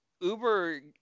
Uber